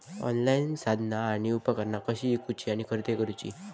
Online साधना आणि उपकरणा कशी ईकूची आणि खरेदी करुची?